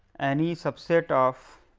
any subset of